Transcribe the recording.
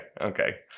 okay